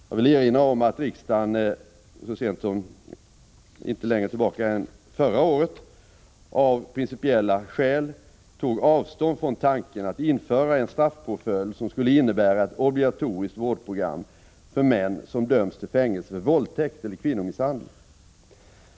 Jag vill erinra om att riksdagen inte längre tillbaka än förra året av principiella skäl tog avstånd från tanken att införa en straffpåföljd som skulle innebära ett obligatoriskt vårdprogram för män som dömts till fängelse för våldtäkt eller kvinnomisshandel .